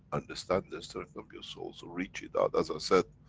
understand the strength of your souls reaching out, as i've said,